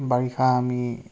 বাৰিষা আমি